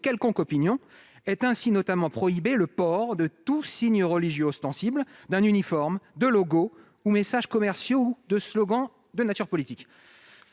quelconque opinion : est ainsi notamment prohibé le port de tout signe religieux ostensible, d'un uniforme, de logos ou messages commerciaux ou de slogans de nature politique.